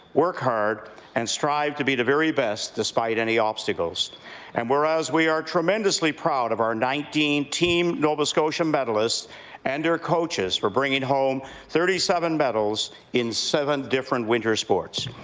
work hard and strive to be the very best despite any obstacles and whereas we are tremendously proud of our nineteen team nova scotia medalists and their coaches for bringing home thirty seven medals in seven different winter sports,